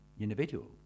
individual